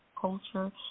culture